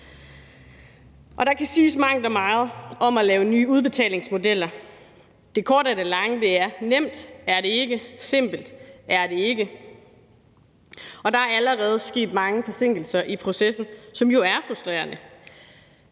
Der kan siges mangt og meget om at lave nye udbetalingsmodeller. Det korte af det lange er, at det ikke er nemt, og at det ikke er simpelt, og der er allerede sket mange forsinkelser i processen, hvilket jo er frustrerende.